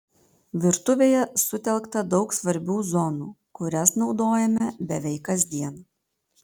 virtuvėje sutelkta daug svarbių zonų kurias naudojame beveik kasdien